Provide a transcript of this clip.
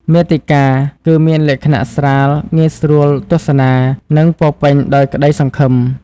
មាតិកា គឺមានលក្ខណៈស្រាល ងាយស្រួលទស្សនា និងពោរពេញដោយក្តីសង្ឃឹម។